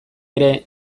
ere